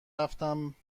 رفتم